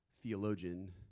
theologian